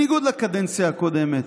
בניגוד לקדנציה הקודמת,